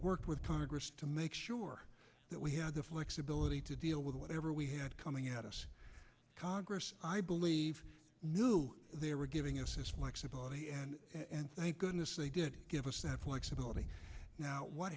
worked with congress to make sure that we had the flexibility to deal with whatever we had coming at us congress i believe knew they were giving and thank goodness they did give us that flexibility